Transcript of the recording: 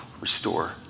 restore